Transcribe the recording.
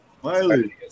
Smiley